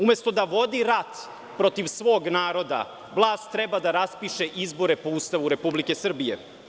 Umesto da vodi rat protiv svog narodna, vlast treba da raspiše izbore po Ustavu Republike Srbije.